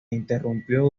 interrumpió